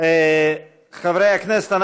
(מחיאות כפיים) חברי הכנסת,